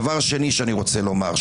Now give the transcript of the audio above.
דבר שני שאני רוצה לומר,